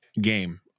game